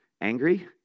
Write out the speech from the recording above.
angry